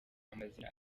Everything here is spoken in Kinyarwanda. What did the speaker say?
amazina